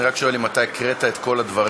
אני רק שואל אם אתה הקראת את כל הדברים.